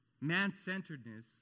man-centeredness